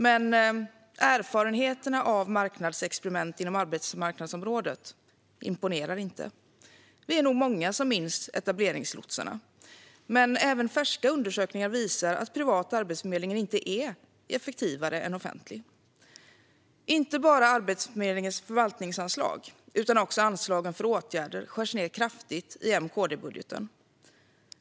Men erfarenheterna av marknadsexperiment inom arbetsmarknadsområdet imponerar inte. Vi är nog många som minns etableringslotsarna. Men även färska undersökningar visar att privat arbetsförmedling inte är effektivare än offentlig. Inte bara Arbetsförmedlingens förvaltningsanslag utan också anslagen för åtgärder skärs ned kraftigt i M-KD-budgeten.